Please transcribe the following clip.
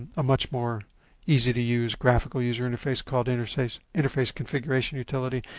a much more easy-to-use graphical user interface called interspace interface configuration utility,